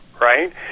right